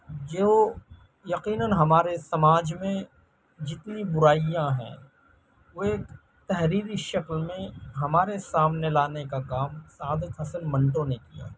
جو یقیناً ہمارے سماج میں جتنی بُرائیاں ہیں وہ ایک تحریری شکل میں ہمارے سامنے لانے کا کام سعادت حسن منٹو نے کیا